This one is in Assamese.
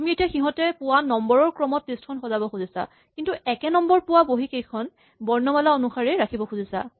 তুমি এতিয়া সিহঁতে পোৱা নম্বৰ ৰ ক্ৰমত লিষ্ট খন সজাব খুজিছা কিন্তু একে নম্বৰ পোৱা বহীকেইখন বৰ্ণমালা অনুসাৰে ৰাখিব খুজিছা